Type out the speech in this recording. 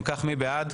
אם כך, מי בעד?